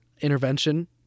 Intervention